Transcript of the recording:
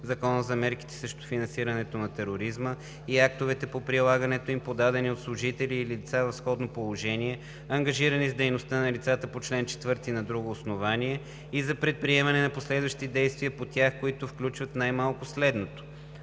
Закона за мерките срещу финансирането на тероризма и актовете по прилагането им, подадени от служители или лица в сходно положение, ангажирани с дейността на лицата по чл. 4 на друго основание, и за предприемане на последващи действия по тях, които включват най-малко следното: